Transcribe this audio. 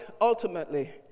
ultimately